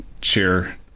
cheer